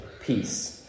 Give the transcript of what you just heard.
peace